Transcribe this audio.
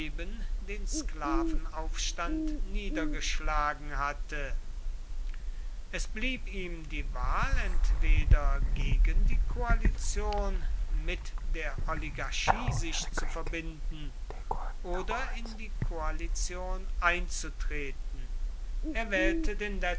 den sklavenaufstand niedergeschlagen hatte es blieb ihm die wahl entweder gegen die koalition mit der oligarchie sich zu verbinden oder in die koalition einzutreten er wählte den